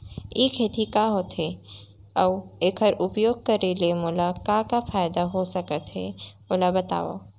ई खेती का होथे, अऊ एखर उपयोग करे ले मोला का का फायदा हो सकत हे ओला बतावव?